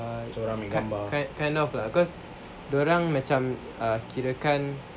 kind of lah because dorang macam err kira kan